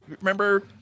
Remember